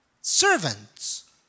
servants